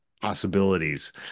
possibilities